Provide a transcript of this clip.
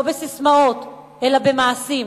לא בססמאות, אלא במעשים.